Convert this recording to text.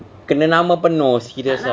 kena nama penuh serious ah